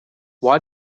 why